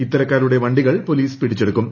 ഇത്തരക്കാരുടെ വണ്ടികൾ പോലീസ് പിടിച്ചെടുക്കും